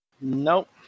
Nope